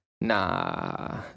nah